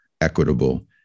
equitable